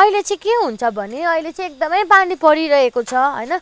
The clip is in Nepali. अहिले चाहिँ के हुन्छ भने अहिले चाहिँ एकदमै पानी परिरहेको छ होइन